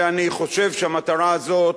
ואני חושב שהמטרה הזאת,